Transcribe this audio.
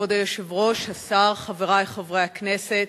כבוד היושב-ראש, השר, חברי חברי הכנסת,